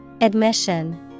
Admission